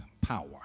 power